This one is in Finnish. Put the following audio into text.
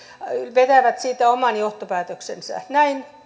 vetävät siitä oman johtopäätöksensä näin